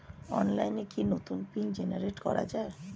অনলাইনে কি নতুন পিন জেনারেট করা যায়?